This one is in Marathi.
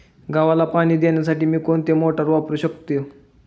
गव्हाला पाणी देण्यासाठी मी कोणती मोटार वापरू शकतो?